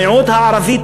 המיעוט הערבי,